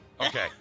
Okay